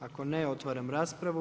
Ako ne, otvaram raspravu.